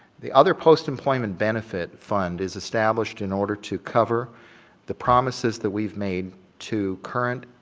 the other post employment benefit fund is established in order to cover the promises that we've made to current